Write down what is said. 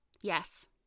Yes